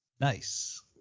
Nice